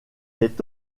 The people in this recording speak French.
est